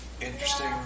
interesting